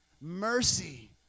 Mercy